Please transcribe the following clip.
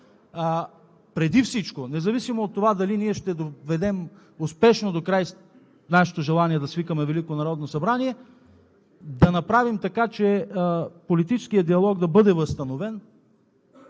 преди всичко, независимо от това дали ние ще доведем успешно докрай нашето желание, да свикаме Велико народно събрание, да направим така, че политическият диалог да бъде възстановен.